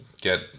get